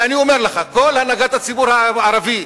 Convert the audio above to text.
ואני אומר לך: כל הנהגת הציבור הערבי,